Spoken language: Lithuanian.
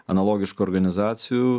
analogiškų organizacijų